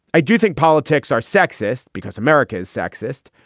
i do think politics are sexist because america is sexist.